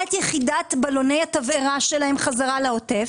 את יחידת בלוני התבערה שלה חזרה לעוטף,